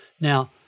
Now